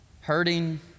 Hurting